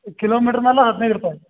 kilometre ಮ್ಯಾಲೆ ಹದಿನೈದು ರೂಪಾಯಿ ರೀ